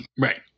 Right